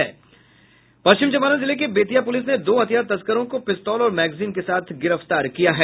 पश्चिम चम्पारण जिले के बेतिया पुलिस ने दो हथियार तस्करों को पिस्तौल और मैगजीन के साथ गिरफ्तार किया है